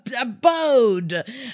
abode